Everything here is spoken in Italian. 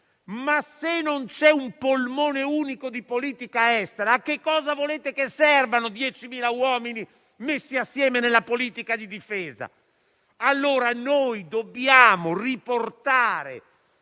se non c'è un polmone unico di politica estera. A cosa volete che servano 10.000 uomini messi assieme nella politica di difesa? Noi dobbiamo riportare